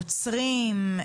עוצרים,